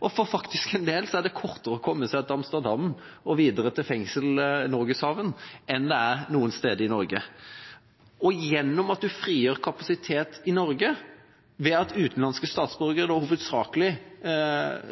og for en del er det faktisk kortere avstand til Amsterdam og videre til fengslet Norgerhaven enn det er til noen steder i Norge. Gjennom at en frigjør kapasitet i Norge ved at utenlandske statsborgere hovedsakelig